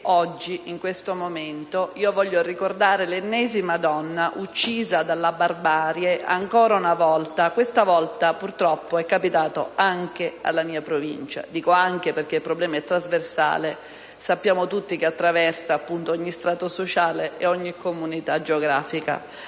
oggi, in questo momento, voglio ricordare l'ennesima donna uccisa dalla barbarie. Questa volta purtroppo è capitato anche alla mia provincia (dico "anche" perché il problema è trasversale e sappiamo tutti che attraversa ogni strato sociale e ogni comunità geografica).